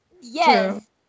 Yes